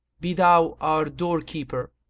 be thou our door keeper!